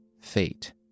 fate